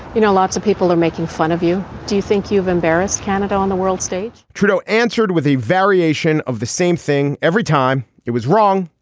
you know lots of people are making fun of you. do you think you've embarrassed canada on the world stage trudeau answered with a variation of the same thing every time. it was wrong.